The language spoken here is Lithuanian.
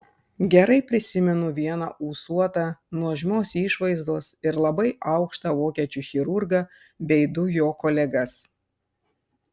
gerai prisimenu vieną ūsuotą nuožmios išvaizdos ir labai aukštą vokiečių chirurgą bei du jo kolegas